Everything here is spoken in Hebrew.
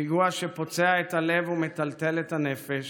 פיגוע שפוצע את הלב ומטלטל את הנפש,